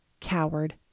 Coward